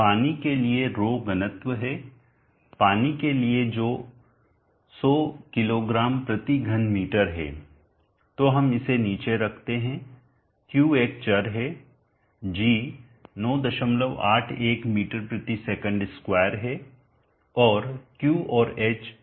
पानी के लिए 𝜌 घनत्व है पानी के लिए जो 100 किग्रा घन मीटर है तो हम इसे नीचे रखते हैं Q एक चर है g 981 ms2 है और Q और h चर हैं यह जूल है